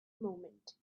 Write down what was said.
moment